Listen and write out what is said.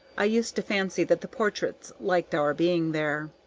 i used to fancy that the portraits liked our being there.